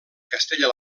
castella